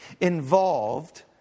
involved